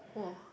!wah!